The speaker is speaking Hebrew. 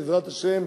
בעזרת השם,